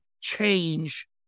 change